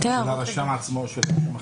של רשם החברות עצמו?